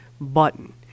button